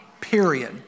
period